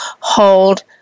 Hold